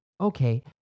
Okay